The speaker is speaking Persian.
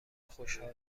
خوشحال